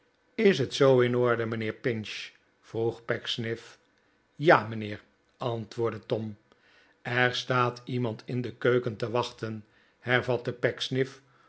is het zoo in orde mijnheer pinch vroeg pecksniff ja mijnheer antwoordde tom er staat iemand in de keuken te wachten hervatte